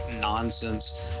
nonsense